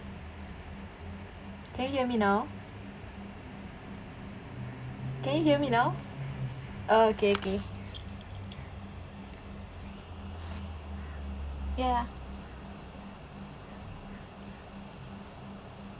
can you hear me now can you hear me now uh okay okay ya